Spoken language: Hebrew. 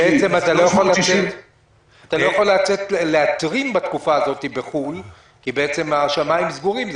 אתה לא יכול לצאת לתורמים בתקופה הזאת בחו"ל כי השמיים סגורים.